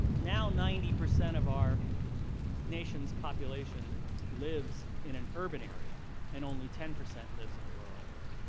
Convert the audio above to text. now ninety percent of our nation's population lives in an urban area and only ten percent lives in a rural area.